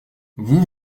vous